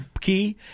key